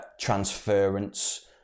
transference